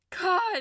God